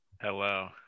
Hello